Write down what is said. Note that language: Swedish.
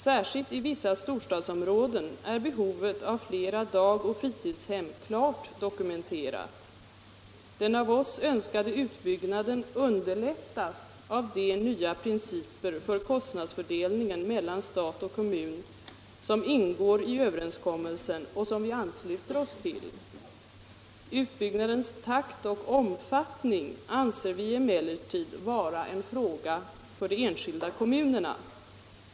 Särskilt i vissa storstadsområden är behovet av flera dagoch fritidshem klart dokumenterat. Den av oss önskade utbyggnaden underlättas av de nya principer för kostnadsfördelningen mellan stat och kommun som ingår i överenskommelsen och som vi ansluter oss till. Utbyggnadens takt och omfattning anser vi emellertid vara en fråga för de enskilda kommunerna.